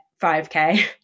5k